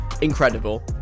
incredible